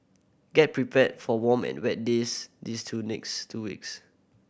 get prepared for warm and wet days these two next two weeks